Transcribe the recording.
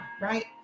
right